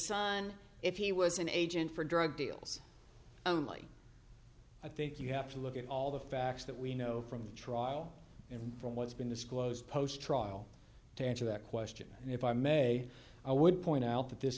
sun if he was an agent for drug deals only i think you have to look at all the facts that we know from the trial and from what's been disclosed post trial to answer that question if i may i would point out that this